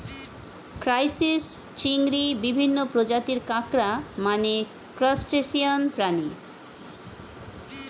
crisis, চিংড়ি, বিভিন্ন প্রজাতির কাঁকড়া মানে ক্রাসটেসিয়ান প্রাণী